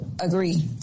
agree